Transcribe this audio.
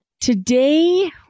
Today